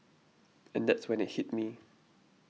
and that's when it hit me